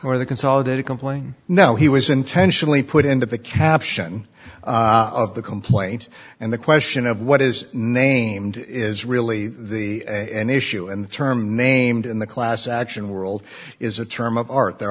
or the consolidated complaint now he was intentionally put into the caption of the complaint and the question of what is named is really the issue and the term named in the class action world is a term of art